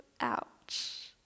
ouch